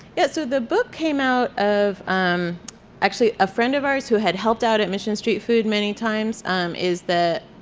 yeah, so the book came out of um actually a friend of ours who had helped out at mission street food many times um is the,